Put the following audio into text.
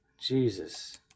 Jesus